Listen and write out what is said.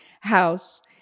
house